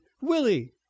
Willie